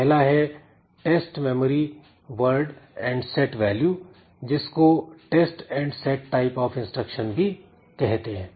पहला है test memory word and set value जिसको test and set type of instruction भी कहते हैं